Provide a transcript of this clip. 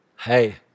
Hey